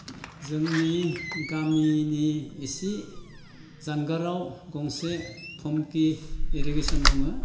जोंनि गामिनि इसे जानगाराव गंसे थंखि इरिगेसन दङ